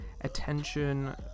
attention